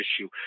issue